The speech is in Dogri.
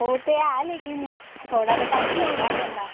ओह् ते है लेकिन थोह्ड़ा ते घट्ट करना गै पौंदा